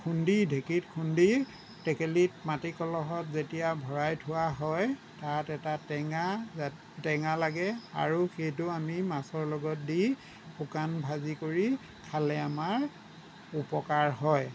খুন্দি ঢেঁকীত খুন্দি টেকেলীত মাটিকলহত যেতিয়া ভৰাই থোৱা হয় তাত এটা টেঙা টেঙা লাগে আৰু সেইটো আমি মাছৰ লগত দি শুকান ভাজি কৰি খালে আমাৰ উপকাৰ হয়